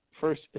first